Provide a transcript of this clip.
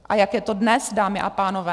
A jak je to dnes, dámy a pánové?